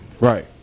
Right